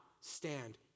stand